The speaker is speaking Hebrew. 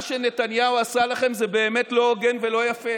מה שנתניהו עשה לכם זה באמת לא הוגן ולא יפה.